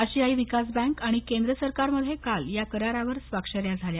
आशियायी विकास बॅक आणि केंद्र सरकारमध्ये काल या करारावर स्वाक्षऱ्या झाल्या